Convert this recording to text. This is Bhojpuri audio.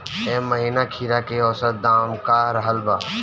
एह महीना खीरा के औसत दाम का रहल बा?